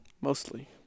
Mostly